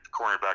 cornerback